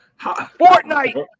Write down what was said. Fortnite